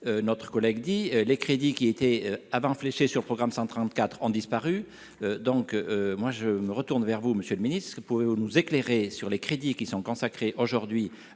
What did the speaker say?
notre collègue dit les crédits qui était avant fléchée sur le programme 100 34 ans disparue, donc moi je me retourne vers vous monsieur le Ministre, pouvez-vous nous éclairer sur les crédits qui sont consacrés aujourd'hui